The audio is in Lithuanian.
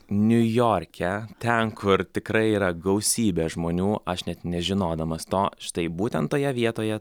niujorke ten kur tikrai yra gausybė žmonių aš net nežinodamas to štai būtent toje vietoje